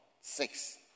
six